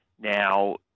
Now